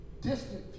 distant